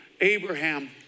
Abraham